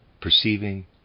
perceiving